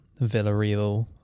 Villarreal